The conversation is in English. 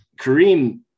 Kareem